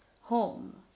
home